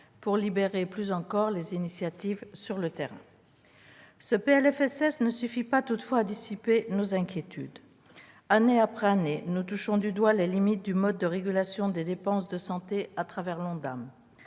pour libérer, plus encore, les initiatives sur le terrain. Ce PLFSS ne suffit pas, toutefois, à dissiper nos inquiétudes. Année après année, nous touchons du doigt les limites du mode de régulation des dépenses de santé à travers l'ONDAM.